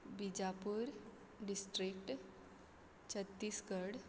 Bijapur district Chhattisgarh